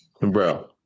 Bro